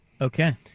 Okay